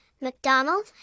McDonald